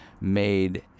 made